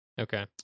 Okay